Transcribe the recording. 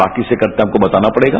बाकी से करते हैं आपको बताना पड़ेगा